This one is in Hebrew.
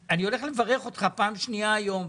אני הולך לברך אותך פעם שניה היום,